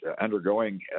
undergoing